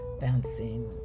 bouncing